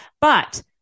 But-